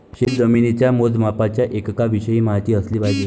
शेतजमिनीच्या मोजमापाच्या एककांविषयी माहिती असली पाहिजे